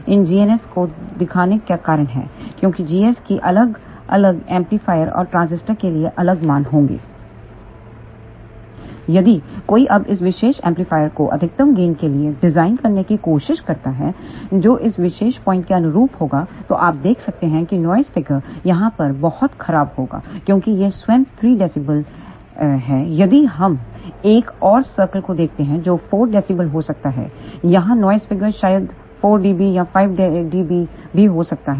इन gns को दिखाने का कारण है क्योंकि gs की अलग अलग एंपलीफायर और ट्रांसिस्टर के लिए अलग मान होंगे यदि कोई अब इस विशेष एम्पलीफायर को अधिकतम गेन के लिए डिजाइन करने की कोशिश करता है जो इस विशेष पॉइंट के अनुरूप होगा तो आप देख सकते हैं कि नॉइस फिगर यहां पर बहुत खराब होगा क्योंकि यह स्वयं 3 है db यदि हम एक और सर्कल को देखते हैं जो 4 db हो सकता है यहाँ नॉइस फिगर शायद 4 डीबी या 5 डीबी भी हो सकता है